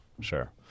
Sure